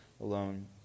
alone